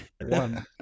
one